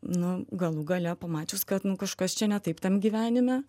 nu galų gale pamačius kad nu kažkas čia ne taip tam gyvenime